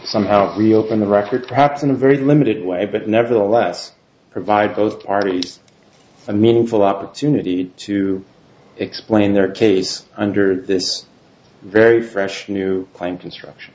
some out reopen the record perhaps in a very limited way but nevertheless provide both parties a meaningful opportunity to explain their case under this very fresh new claim construction